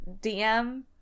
DM